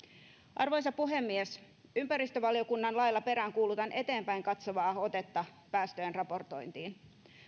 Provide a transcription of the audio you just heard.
arvoisa puhemies ympäristövaliokunnan lailla peräänkuulutan eteenpäin katsovaa otetta päästöjen raportointiin